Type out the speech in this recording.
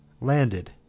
landed